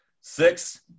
Six